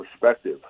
perspective